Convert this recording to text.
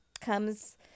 comes